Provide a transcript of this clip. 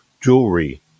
jewelry